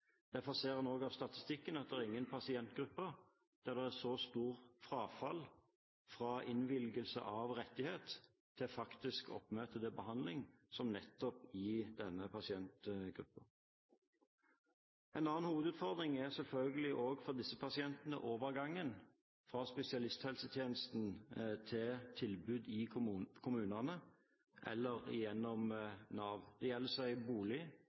Derfor ser en også av statistikken at det er ingen pasientgrupper der det er så stort frafall fra innvilgelse av rettighet til faktisk oppmøte til behandling som nettopp i denne pasientgruppen. En annen hovedutfordring er selvfølgelig også for disse pasientene overgangen fra spesialisthelsetjenesten til tilbud i kommunene eller gjennom Nav. Det gjelder bolig,